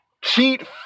Cheat